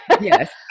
Yes